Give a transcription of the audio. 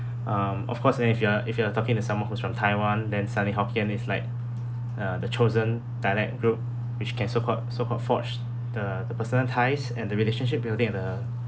um of course then if you are if you are talking to someone who's from taiwan then suddenly hokkien is like uh the chosen dialect group which can so-called so-called forged the the personal ties and the relationship building in the